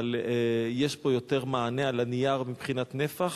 אבל יש פה יותר מענה על הנייר מבחינת נפח,